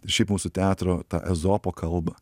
šiaip mūsų teatro tą ezopo kalbą